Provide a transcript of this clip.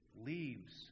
leaves